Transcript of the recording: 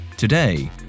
Today